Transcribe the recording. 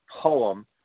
poem